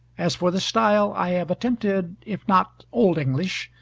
as for the style i have attempted, if not old english,